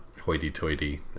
hoity-toity